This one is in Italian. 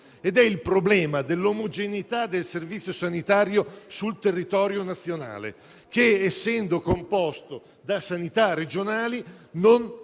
il problema dell'omogeneità del Servizio sanitario sul territorio nazionale che, essendo composto da sanità regionali, non ha oggi